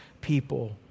people